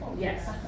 Yes